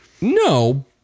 No